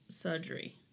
surgery